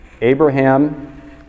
Abraham